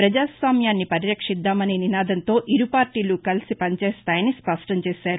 పజాస్వామ్యాన్ని పరిరక్షిద్దాం అనే నినాదంతో ఇరు పార్టీలు కలిసి పనిచేస్తాయని స్పష్టంచేశారు